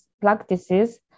practices